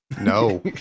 No